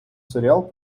серіал